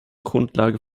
grundlage